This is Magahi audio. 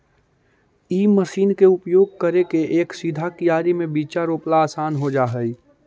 इ मशीन के उपयोग करके एक सीधा कियारी में बीचा रोपला असान हो जा हई